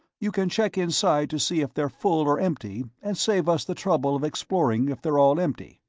you can check inside to see if they're full or empty and save us the trouble of exploring if they're all empty.